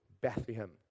Bethlehem